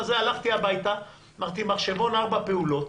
הלכתי הביתה, לקחתי מחשבון ארבע פעולות